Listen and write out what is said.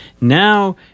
Now